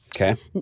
okay